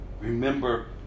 Remember